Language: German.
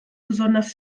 besonders